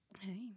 Hey